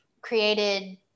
created